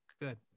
Good